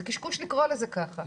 זה קשקוש לקרוא לזה ככה,